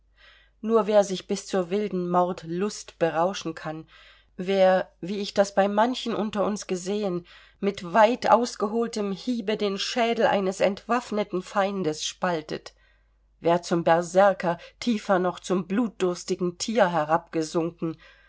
nur wer sich bis zur wilden mordlust berauschen kann wer wie ich das bei manchen unter uns gesehen mit weit ausgeholtem hiebe den schädel eines entwaffneten feindes spaltet wer zum berserker tiefer noch zum blutdurstigen tiger